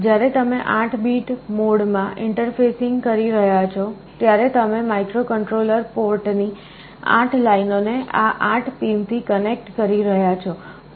જ્યારે તમે 8 bit mode માં ઇન્ટરફેસિન્ગ કરી રહ્યાં છો ત્યારે તમે માઇક્રોકન્ટ્રોલર પોર્ટ ની 8 લાઇનોને આ 8 પિનથી કનેક્ટ કરી રહ્યાં છો